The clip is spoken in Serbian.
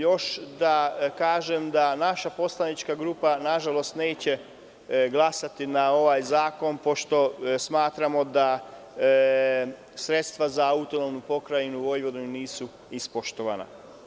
Još da kažem da naša poslanička grupa na žalost neće glasati za ovaj zakon pošto smatramo da sredstva za AP Vojvodinu nisu ispoštovana.